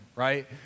Right